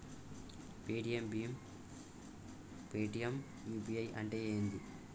Paytm భీమ్ Paytm UPI అంటే ఏంది?